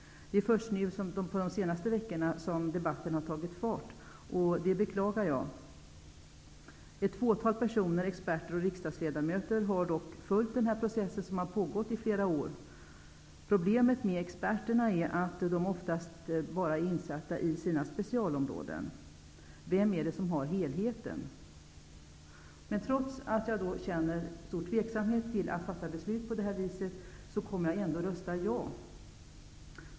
Det är först nu de senaste veckorna som debatten tagit fart. Det beklagar jag. Ett fåtal personer, experter och riksdagsledamöter har dock följt den här processen som pågått i flera år. Problemet med experterna är att de oftast bara är insatta i sina specialområden. Vem har helhetsbilden? Trots att jag känner mig mycket tveksam till att fatta beslut på det här sättet så kommer jag ändå att rösta ja.